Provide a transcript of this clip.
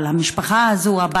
אבל המשפחה הזאת,